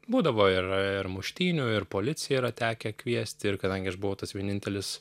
būdavo ir ir muštynių ir policija yra tekę kviesti ir kadangi aš buvau tas vienintelis